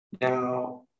Now